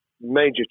major